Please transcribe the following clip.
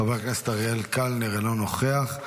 חבר הכנסת אריאל קלנר, אינו נוכח.